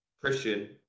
Christian